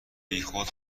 بیخود